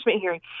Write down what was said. hearing